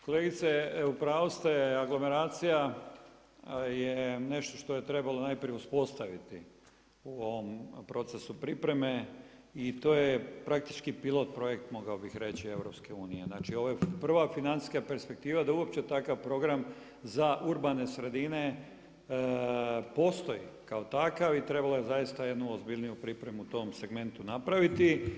Kolegice u pravu ste, aglomeracija je nešto što je trebalo najprije uspostaviti u ovom procesu pripreme i to je praktički pilot projekt mogao bih reći EU, znači ovo je prva financijska perspektiva da uopće takav program za urbane sredine postoji kao takav i trebalo je zaista jednu ozbiljniju pripremu u tom segmentu napraviti.